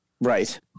Right